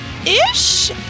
Ish